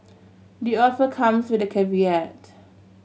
the offer comes with a caveat